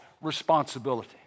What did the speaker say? responsibility